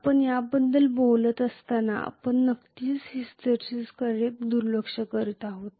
आपण याबद्दल बोलत असताना आपण नक्कीच हिस्टेरिसिसकडे दुर्लक्ष करीत आहोत